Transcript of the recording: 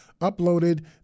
uploaded